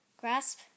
Grasp